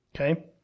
Okay